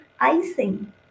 icing